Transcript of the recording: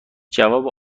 جواب